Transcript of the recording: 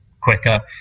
quicker